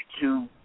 two